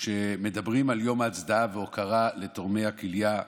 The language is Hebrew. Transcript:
כשמדברים על יום ההצדעה וההוקרה לתורמי הכליה,